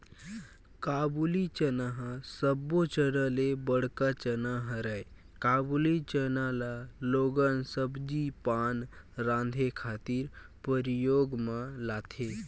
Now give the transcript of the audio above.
काबुली चना ह सब्बो चना ले बड़का चना हरय, काबुली चना ल लोगन सब्जी पान राँधे खातिर परियोग म लाथे